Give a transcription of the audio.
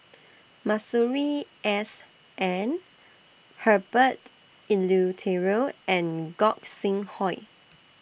Masuri S N Herbert Eleuterio and Gog Sing Hooi